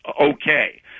okay